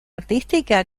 artística